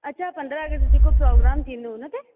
अच्छा पंद्रहं अगस्त जेको प्रोग्राम थींदो उनते